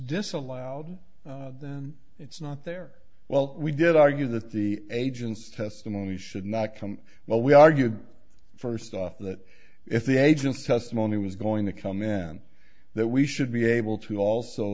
disallowed then it's not there well we did argue that the agent's testimony should not come well we argued first off that if the agent's testimony was going to come in that we should be able to also